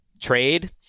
trade